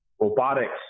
robotics